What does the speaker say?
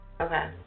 okay